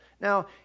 Now